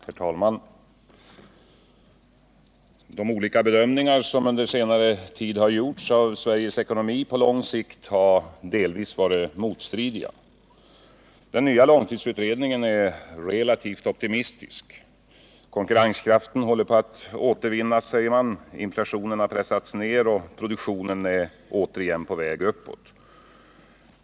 Herr talman! De olika bedömningar av Sveriges ekonomi på lång sikt som under senare tid gjorts har varit delvis motstridiga. Den nya långtidsutredningen är relativt optimistisk. Utredningen konstaterar att konkurrenskraften håller på att återvinnas, inflationen har pressats ner och produktionen är åter på väg uppåt.